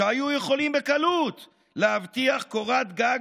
שהיו יכולים בקלות להבטיח קורת גג